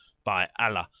by allah,